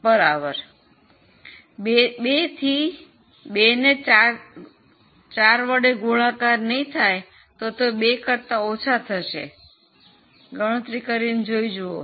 2 થી 4 ગુણાકાર નહીં થાય તે 2 કરતા ઓછા થશે ગણતરી કરો